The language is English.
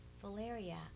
Valeria